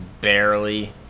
Barely